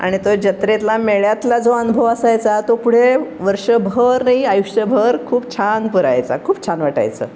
आणि तो जत्रेतला मेळ्यातला जो अनुभव असायचा तो पुढे वर्षभर नाही आयुष्यभर खूप छान पुरायचा खूप छान वाटायचं